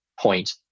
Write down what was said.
point